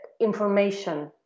information